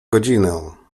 godzinę